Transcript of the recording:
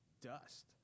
Dust